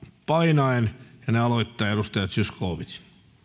painaen ja ne aloittaa edustaja zyskowicz